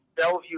Bellevue